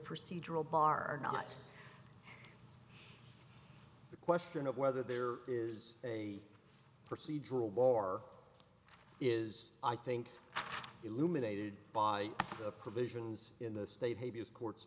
procedural bar knots the question of whether there is a procedural bar is i think illuminated by the provisions in the state have used courts